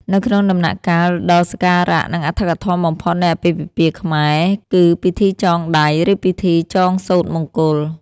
នៅក្នុងដំណាក់កាលដ៏សក្ការៈ និងអធិកអធមបំផុតនៃអាពាហ៍ពិពាហ៍ខ្មែរ គឺពិធីចងដៃ ឬពិធីចងសូត្រមង្គល